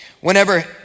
Whenever